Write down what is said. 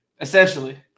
Essentially